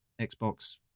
xbox